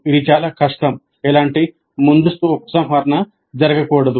ఇది చాలా కష్టం 'ఇలాంటి ముందస్తు ఉపసంహరణ జరగకూడదు